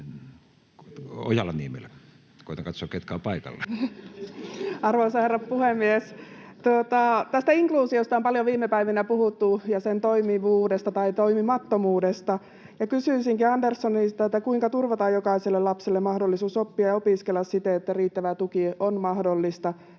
Time: 11:06 Content: Arvoisa herra puhemies! Tästä inkluusiosta on paljon viime päivinä puhuttu ja sen toimivuudesta — tai toimimattomuudesta. Kysyisinkin Anderssonilta, kuinka turvataan jokaiselle lapselle mahdollisuus oppia ja opiskella siten, että riittävä tuki on mahdollista.